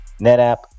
NetApp